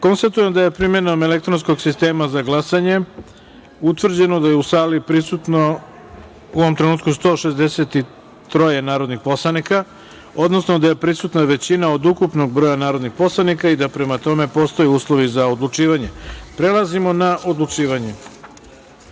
glasanje. Konstatujem da je primenom elektronskog sistema za glasanje utvrđeno da su u sali prisutna 163 narodna poslanika, odnosno da je prisutna većina od ukupnog broja narodnih poslanika i da prema tome postoje uslovi za odlučivanje. Prelazimo na odlučivanje. Stavljam